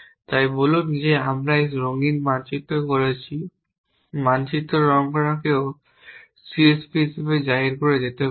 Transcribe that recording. তাই বলুন যে আমরা এই মানচিত্র রঙিন করছি মানচিত্র রঙ করাকেও CSP হিসাবে জাহির করা যেতে পারে